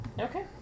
Okay